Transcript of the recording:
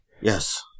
Yes